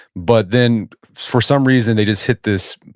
but then for some reason they just hit this,